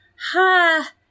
Ha